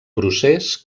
procés